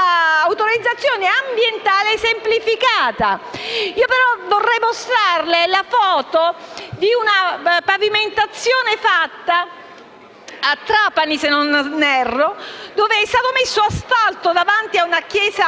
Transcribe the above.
autorizzazione ambientale semplificata. Vorrei mostrarle la foto di una pavimentazione fatta a Lecce, dove è stato messo asfalto davanti ad una chiesa